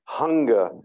hunger